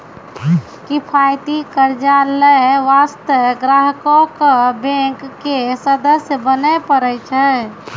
किफायती कर्जा लै बास्ते ग्राहको क बैंक के सदस्य बने परै छै